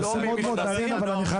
הנושא מאוד מעניין, אבל אני חייב להתכנס.